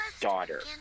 daughter